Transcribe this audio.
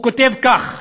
הוא כותב כך: